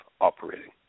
operating